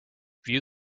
view